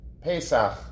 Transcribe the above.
Pesach